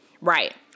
Right